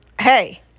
hey